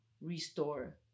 restore